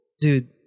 dude